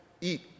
Eat